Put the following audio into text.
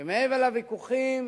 מעבר לוויכוחים